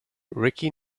ricky